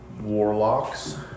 warlocks